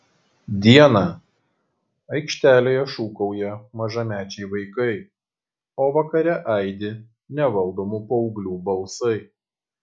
dieną aikštelėje šūkauja mažamečiai vaikai o vakare aidi nevaldomų paauglių balsai